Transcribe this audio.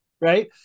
right